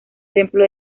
templo